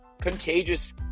contagious